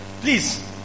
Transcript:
please